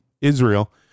Israel